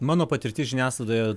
mano patirtis žiniasklaidoje